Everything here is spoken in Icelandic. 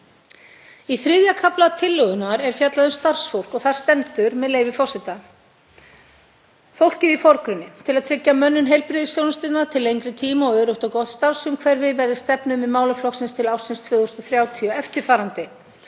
Í þriðja kafla tillögunnar er fjallað um starfsfólk og þar stendur, með leyfi forseta: „Fólkið í forgrunni. Til að tryggja mönnun heilbrigðisþjónustunnar til lengri tíma og öruggt og gott starfsumhverfi verði stefnumið málaflokksins til ársins 2030 eftirfarandi: